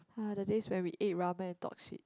uh the days when we ate ramen and talk shit